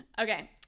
Okay